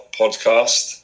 podcast